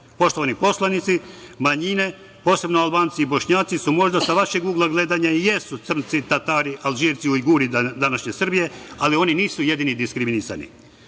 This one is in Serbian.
dovoljno. Poštovani poslanici, manjine, posebno Albanci i Bošnjaci su možda sa vašeg ugla gledanja crnci, Tatari, Alžirci, Ujguri današnje Srbije, ali oni nisu jedini diskriminisani.